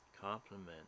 compliment